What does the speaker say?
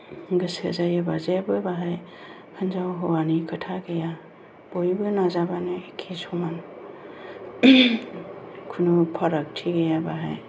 गोसो जायोबा जेबो बाहाय हिनजाव हौवानि खोथा गैया बयबो नाजाबानो एखे समान खुनु फारागथि गैया बाहाय